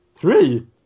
Three